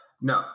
No